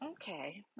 Okay